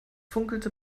funkelte